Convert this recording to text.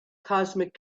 cosmic